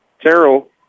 Terrell